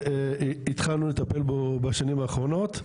שהתחלנו לטפל בו בשנים האחרונות.